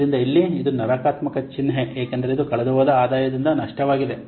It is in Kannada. ಆದ್ದರಿಂದ ಇಲ್ಲಿ ಇದು ನಕಾರಾತ್ಮಕ ಚಿಹ್ನೆ ಏಕೆಂದರೆ ಇದು ಕಳೆದುಹೋದ ಆದಾಯದಿಂದಾಗಿ ನಷ್ಟವಾಗಿದೆ